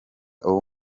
abo